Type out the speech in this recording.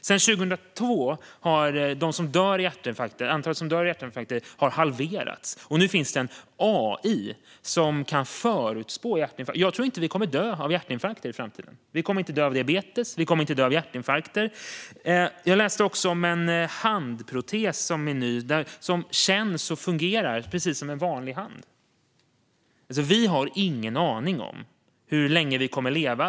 Sedan 2002 har antalet som dör i hjärtinfarkter halverats, och nu finns det AI som kan förutspå hjärtinfarkter. Jag tror inte att vi kommer att dö av hjärtinfarkter i framtiden. Vi kommer inte att dö av diabetes. Vi kommer inte att dö av hjärtinfarkter. Jag läste också om en ny handprotes, som känns och fungerar precis som en vanlig hand. Vi har ingen aning om hur länge vi kommer att leva.